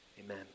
Amen